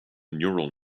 neural